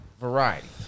variety